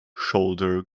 shoulder